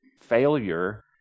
failure